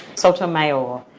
sotomayor.